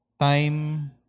Time